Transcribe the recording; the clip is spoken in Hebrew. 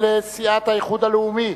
של סיעת האיחוד הלאומי,